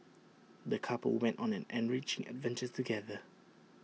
the couple went on an enriching adventure together